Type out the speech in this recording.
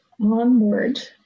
onward